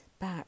back